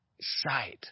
sight